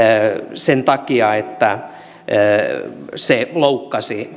sen takia että se loukkasi